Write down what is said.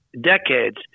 decades